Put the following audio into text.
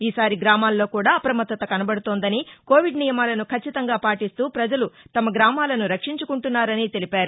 ఈసారి గ్రామాల్లో కూడా అప్రమత్తత కనబడుతోందని కోవిడ్ నియమాలను ఖచ్చితంగా పాటిస్తూ ప్రపజలు తమ గ్రామలను రక్షించుకుంటున్నారని తెలిపారు